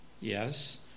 yes